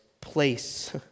place